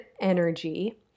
energy